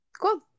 Cool